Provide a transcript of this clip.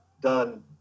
done